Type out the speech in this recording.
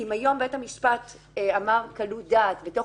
אם היום בית המשפט אמר: קלות דעת בתוך